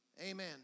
Amen